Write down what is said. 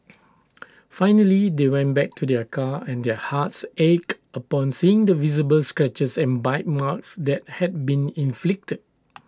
finally they went back to their car and their hearts ached upon seeing the visible scratches and bite marks that had been inflicted